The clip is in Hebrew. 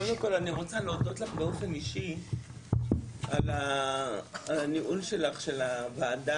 קודם כל אני רוצה להודות לך באופן אישי על הניהול שלך של הוועדה